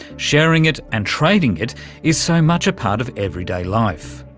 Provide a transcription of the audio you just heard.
sharing it and trading it is so much a part of everyday life.